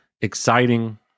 exciting